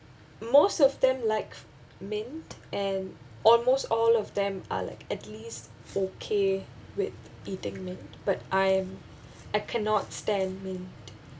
most of them like mint and almost all of them are like at least okay with eating mint but I am I cannot stand mint